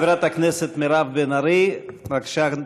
חברת הכנסת מירב בן ארי, בבקשה.